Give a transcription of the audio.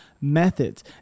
methods